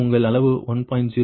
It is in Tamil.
0 ஆகும்